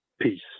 Peace